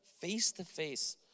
face-to-face